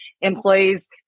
employees